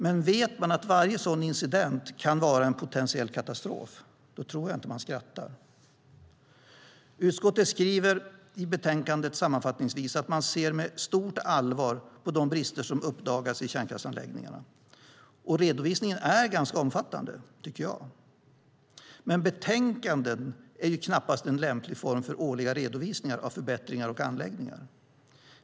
Men vet man att varje incident kan vara en potentiell katastrof tror jag inte att man skrattar. Utskottet skriver sammanfattningsvis i betänkandet att man ser med stort allvar på de brister som uppdagats i kärnkraftsanläggningarna, och redovisningen är ganska omfattande, tycker jag. Men betänkanden är knappast en lämplig form för årliga redovisningar av förbättringar och anläggningar.